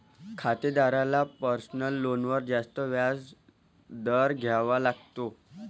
खातेदाराला पर्सनल लोनवर जास्त व्याज दर द्यावा लागतो